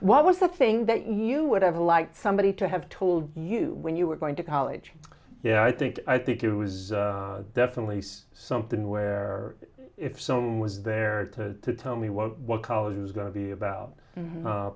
what was the thing that you would have liked somebody to have told you when you were going to college yeah i think i think it was definitely something where if someone was there to tell me well what college is going to be about